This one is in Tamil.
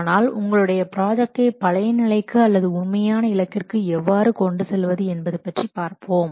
ஆனால் உங்களுடைய ப்ராஜெக்டை பழையநிலைக்கு அல்லது உண்மையான இலக்கிற்கு எவ்வாறு கொண்டு செல்வது என்பது பற்றி பார்ப்போம்